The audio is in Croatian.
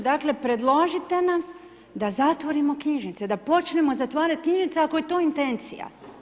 Dakle, predložite nas da zatvorimo knjižnice, da počnemo zatvarat knjižnice ako je to intencija.